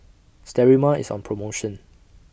Sterimar IS on promotion